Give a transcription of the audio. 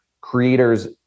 creators